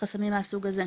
חסמים מהסוג הזה.